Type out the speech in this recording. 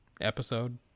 episode